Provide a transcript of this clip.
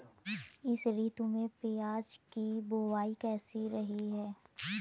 इस ऋतु में प्याज की बुआई कैसी रही है?